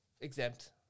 exempt